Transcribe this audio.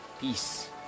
peace